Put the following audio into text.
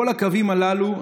בכל הקווים הללו,